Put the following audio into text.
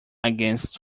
against